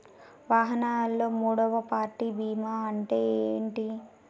వాహనాల్లో మూడవ పార్టీ బీమా అంటే ఏంటి?